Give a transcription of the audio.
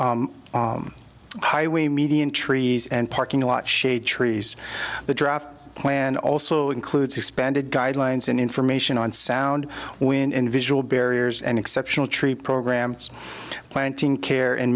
whole highway median trees and parking lot shade trees the draft plan also includes expanded guidelines and information on sound when visual barriers and exceptional tree programs planting care and